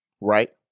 right